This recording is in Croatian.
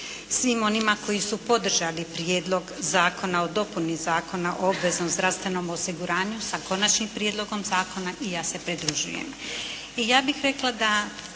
Svim onima koji su podržali Prijedlog zakona o dopuni Zakona o obveznom zdravstvenom osiguranju sa Konačnim prijedlogom zakona i ja se pridružujem.